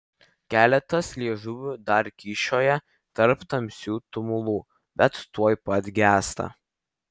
keletas liežuvių dar kyščioja tarp tamsių tumulų bet tuoj pat gęsta